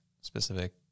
specific